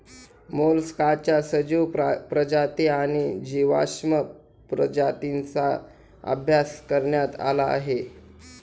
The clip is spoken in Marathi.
मोलस्काच्या सजीव प्रजाती आणि जीवाश्म प्रजातींचा अभ्यास करण्यात आला आहे